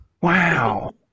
Wow